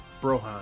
brohan